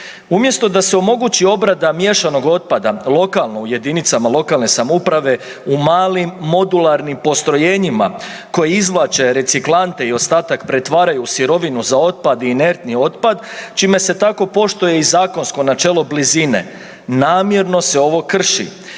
Umjesto da se omogući obrada miješanog otpada lokalno u jedinicama lokalne samouprave u malim modularnim postrojenjima koje izvlače reciklante i ostatak pretvaraju u sirovinu za otpad i intertni otpad, čime se tako poštuje i zakonsko načelo blizine, namjerno se ovo krši.